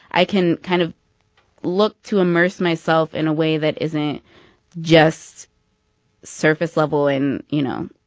i can kind of look to immerse myself in a way that isn't just surface level and, you know,